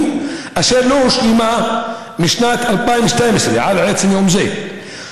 אשר לא הושלמה משנת 2012 עד עצם היום הזה.